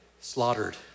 slaughtered